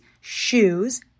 shoes